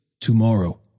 tomorrow